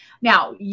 Now